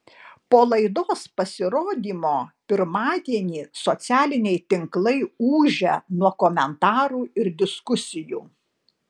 po laidos pasirodymo pirmadienį socialiniai tinklai ūžia nuo komentarų ir diskusijų